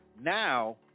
now